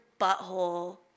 butthole